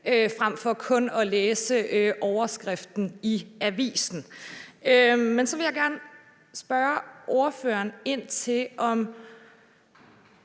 frem for kun at læse overskriften i avisen. Så vil jeg gerne spørge ordføreren ind til, om